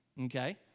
okay